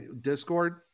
Discord